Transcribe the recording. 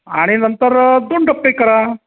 आणि नंतर दोन टप्पे करा